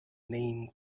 name